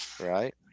Right